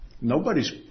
Nobody's